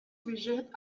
بجهد